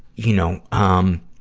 you know, um,